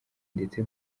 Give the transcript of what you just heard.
ndetse